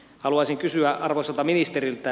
haluaisin kysyä arvoisalta ministeriltä